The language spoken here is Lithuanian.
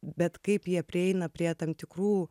bet kaip jie prieina prie tam tikrų